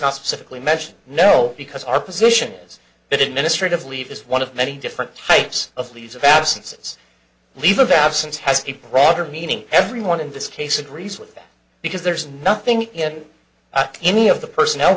not specifically mentioned no because our position is that administrative leave is one of many different types of leaves of absence leave of absence has a broader meaning everyone in this case agrees with that because there's nothing in any of the personnel